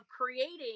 creating